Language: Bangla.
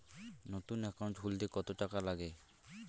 নতুন একাউন্ট খুলতে কত টাকা লাগে?